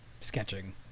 sketching